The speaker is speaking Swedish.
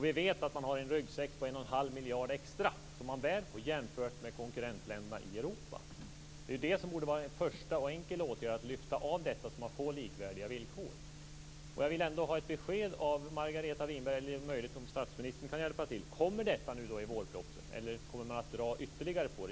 Vi vet att man har en ryggsäck på 1 1⁄2 miljard extra som man bär på, jämfört med konkurrentländerna i Europa. Det borde vara en första och enkel åtgärd att lyfta av detta, så att man får likvärdiga villkor. Jag vill ändå ha ett besked av Margareta Winberg, eller om möjligen statsministern kan hjälpa till. Kommer detta nu i vårpropositionen, eller kommer man att dra ytterligare på det?